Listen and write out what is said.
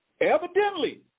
Evidently